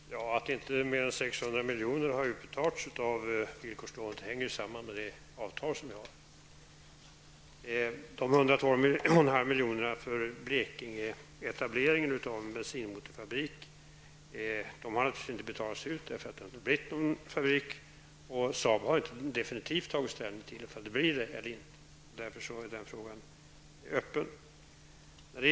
Herr talman! Att det inte har utbetalas mer än 600 milj.kr. av villkorslånet hänger samman med det avtal som har träffats. De 112 milj.kr. till etablering av en bensinmotorfabrik i Blekinge har naturligtvis inte utbetalats, eftersom det inte har blivit någon fabrik. Saab har inte tagit definitiv ställning till om huruvida det blir en fabrik eller inte. Därför hålls den frågan öppen.